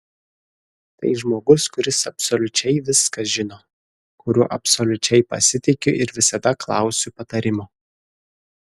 tai žmogus kuris absoliučiai viską žino kuriuo absoliučiai pasitikiu ir visada klausiu patarimo